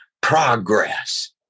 progress